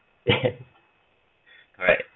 correct